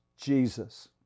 Jesus